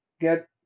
get